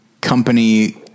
company